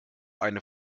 eine